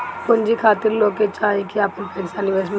पूंजी खातिर लोग के चाही की आपन पईसा निवेश में डाले